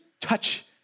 touch